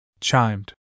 Chimed